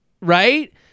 Right